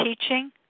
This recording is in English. teaching